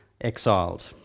exiled